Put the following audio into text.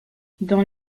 dans